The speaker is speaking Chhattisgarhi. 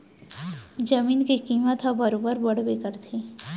जमीन के कीमत ह बरोबर बड़बे करथे